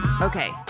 Okay